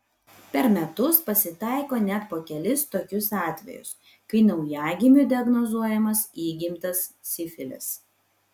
per metus pasitaiko net po kelis tokius atvejus kai naujagimiui diagnozuojamas įgimtas sifilis